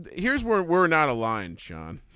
here's where we're not aligned shawn.